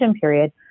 period